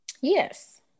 Yes